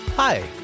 Hi